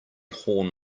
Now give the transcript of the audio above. horn